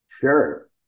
Sure